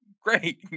great